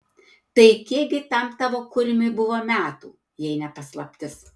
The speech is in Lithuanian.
tai kiek gi tam tavo kurmiui buvo metų jei ne paslaptis